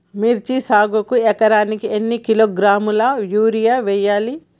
మిర్చి సాగుకు ఎకరానికి ఎన్ని కిలోగ్రాముల యూరియా వేయాలి?